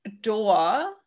door